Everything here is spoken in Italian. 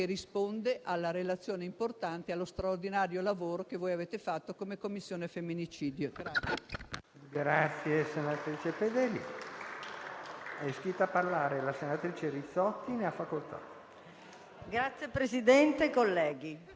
la relazione in esame illustra gli esiti di un'indagine di monitoraggio del sistema istituzionale di finanziamento e *governance*